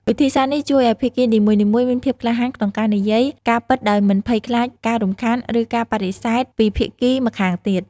វិធីសាស្រ្តនេះជួយឲ្យភាគីនីមួយៗមានភាពក្លាហានក្នុងការនិយាយការពិតដោយមិនភ័យខ្លាចការរំខាន ឬការបដិសេធពីភាគីម្ខាងទៀត។